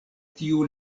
tiu